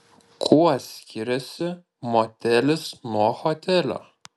kuo skiriasi motelis nuo hotelio